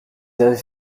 avaient